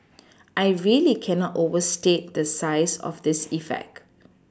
I really cannot overstate the size of this effect